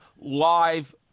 live